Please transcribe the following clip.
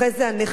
אחרי זה הנכים,